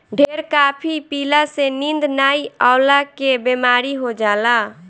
ढेर काफी पियला से नींद नाइ अवला के बेमारी हो जाला